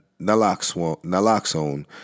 naloxone